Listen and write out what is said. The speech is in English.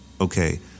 Okay